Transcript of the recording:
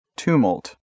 tumult